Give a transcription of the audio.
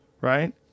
right